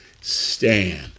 stand